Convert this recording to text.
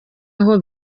aho